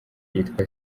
yitwa